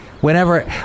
Whenever